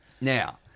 Now